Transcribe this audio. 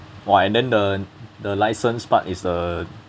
!wah! and then the the license part is the